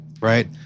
right